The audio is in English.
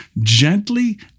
gently